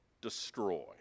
destroy